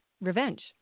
revenge